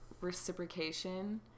reciprocation